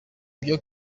ibyo